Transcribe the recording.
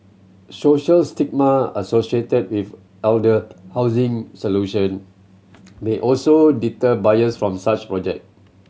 social stigma associated with elder housing solution may also deter buyers from such project